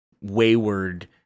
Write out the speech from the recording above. wayward